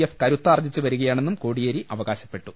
F കരുത്താർജ്ജിച്ച് വരികയാണെന്നും കോടിയേരി അവകാശപ്പെട്ടു